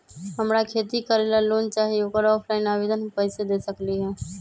हमरा खेती करेला लोन चाहि ओकर ऑफलाइन आवेदन हम कईसे दे सकलि ह?